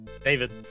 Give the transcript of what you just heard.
David